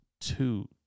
two